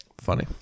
funny